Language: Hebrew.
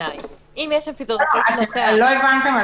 האם זה גובר על